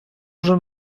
вже